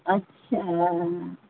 اچھا